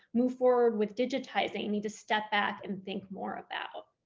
move forward with digitizing you need to step back and think more about.